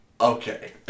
Okay